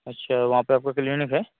अच्छा वहाँ पर आपकी क्लिनिक है